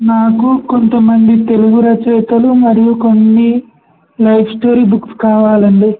నాకు కొంతమంది తెలుగు రచయితలు మరియు కొన్ని లైఫ్ స్టోరీ బుక్స్ కావాలండి